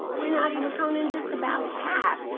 we're not even counting just about half,